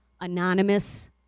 Anonymous